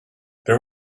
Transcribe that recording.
there